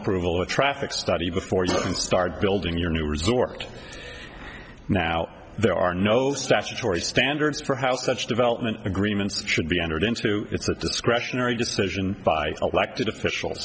approval a traffic study before us and start building your new resort now there are no statutory standards for how such development agreements should be entered into it's a discretionary decision by elected officials